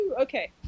Okay